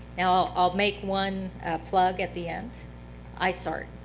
now, i'll make one plug at the end isart.